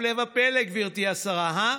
הפלא ופלא, גברתי השרה, הא?